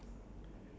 ya